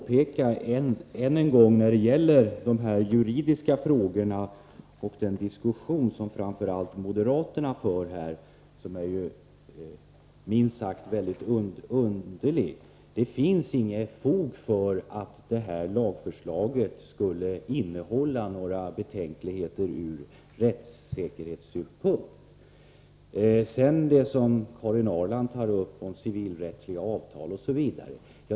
Herr talman! När det gäller de juridiska frågorna och den diskussion som framför allt moderaterna för och som minst sagt är väldigt underlig vill jag än en gång poängtera att det inte finns fog för påståendet att förslaget skulle innebära betänkligheter ur rättssäkerhetssynpunkt. Karin Ahrland tog upp civilrättsliga avtal osv.